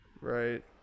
Right